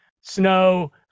snow